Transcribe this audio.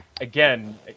again